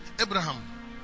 Abraham